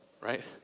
right